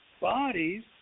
bodies